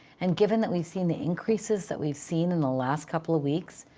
and given that we've seen the increases that we've seen in the last couple of weeks,